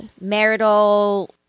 marital